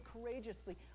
courageously